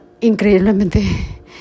increíblemente